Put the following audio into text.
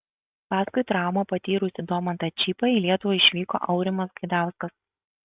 paskui traumą patyrusį domantą čypą į lietuvą išvyko aurimas gaidauskas